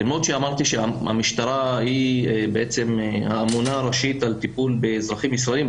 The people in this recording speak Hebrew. למרות שאמרתי שהמשטרה היא בעצם האמונה הראשית לטיפול באזרחים ישראלים,